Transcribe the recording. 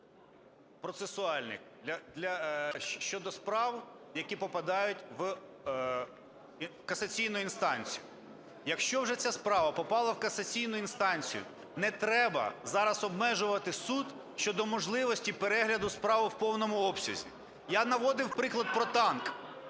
процесуальних щодо справ, які попадають в касаційну інстанцію. Якщо вже ця справа попала в касаційну інстанцію, не треба зараз обмежувати суд щодо можливості перегляду справи в повному обсязі. Я наводив приклад про танк.